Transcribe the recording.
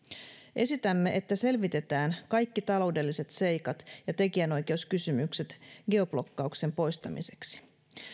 esitämme että selvitetään kaikki taloudelliset seikat ja tekijänoikeuskysymykset geoblokkauksen poistamiseksi